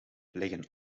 leggen